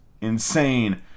insane